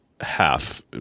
half